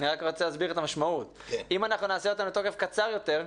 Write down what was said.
אני רק רוצה להסביר את המשמעות: אם אנחנו נעשה אותם לתוקף קצר יותר,